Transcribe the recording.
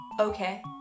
okay